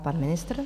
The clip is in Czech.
Pan ministr.